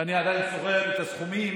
ואני עדיין זוכר את הסכומים.